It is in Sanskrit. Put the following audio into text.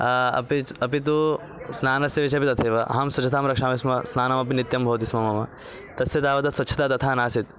अपि च अपि तु स्नानस्य विषयेपि तथैव अहं स्वच्छतां रक्षामि स्म स्नानमपि नित्यं भवति स्म मम तस्य तावत् स्वच्छता तथा नासीत्